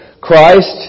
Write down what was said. Christ